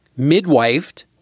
midwifed